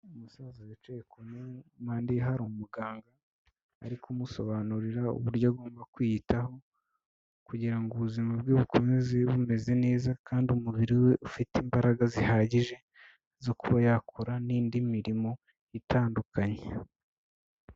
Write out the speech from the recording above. Umusaza wicaye ku ntebe impande ye hari umuganga ari kumusobanurira uburyo agomba kwiyitaho, kugira ngo ubuzima bwe bukomeze bumeze neza kandi umubiri we ufite imbaraga zihagije zo kuba yakora n'indi mirimo itandukanye.